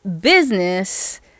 business